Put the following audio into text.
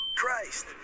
Christ